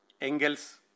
Engels